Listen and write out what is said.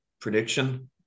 prediction